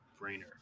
brainer